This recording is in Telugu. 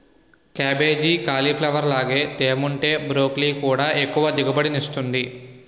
కేబేజీ, కేలీప్లవర్ లాగే తేముంటే బ్రోకెలీ కూడా ఎక్కువ దిగుబడినిస్తుంది